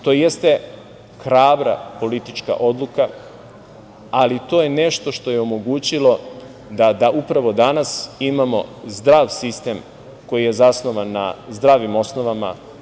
To jeste hrabra politička odluka, ali to je nešto što je omogućilo da upravo danas imamo zdrav sistem, koji je zasnovan na zdravim osnovama.